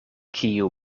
kiu